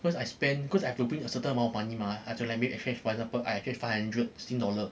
cause I spend cause I have to bring a certain amount of money mah I have to let me engage for example I engage five hundred sing dollar